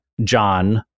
John